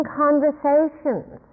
conversations